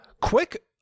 Quick